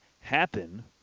happen –